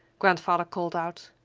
grandfather called out.